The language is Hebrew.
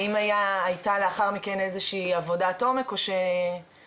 האם הייתה לאחר מכן איזושהי עבודת עומק או שכמקובל,